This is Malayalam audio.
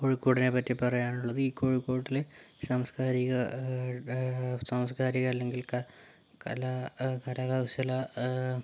കോഴിക്കോടിനെപ്പറ്റി പറയാനുള്ളത് ഈ കോഴിക്കോട്ടിൽ സാംസ്കാരിക സാംസ്കാരിക അല്ലെങ്കിൽ കലാ കരകൗശല